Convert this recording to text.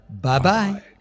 Bye-bye